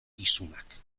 isunak